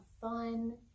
fun